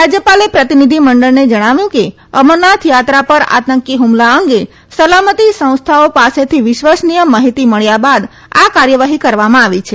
રાજયપાલે પ્રતિભિધિ મંડળને જણાવ્યું કે અમરનાથ યાત્રા પર આતંકી હમલા અંગે સલામતી સંસ્થાઓ પાસેથી વિશ્વસનીય માહિતી મળ્યા બાદ આ કાર્યવાહી કરવામાં આવી છે